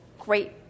great